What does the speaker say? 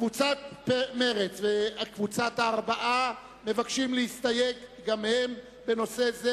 קבוצת מרצ וקבוצת הארבעה מבקשות להסתייג גם הן בנושא זה.